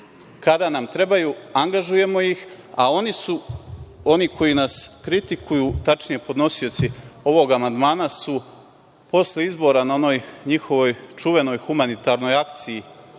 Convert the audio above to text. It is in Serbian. Kada nam trebaju, angažujemo ih, a oni koji nas kritikuju, tačnije podnosioci ovog amandmana su posle izbora na onoj njihovoj čuvenoj humanitarnoj akciji